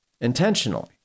intentionally